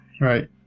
Right